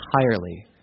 entirely